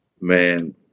man